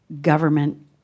government